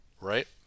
right